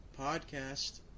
podcast